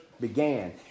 began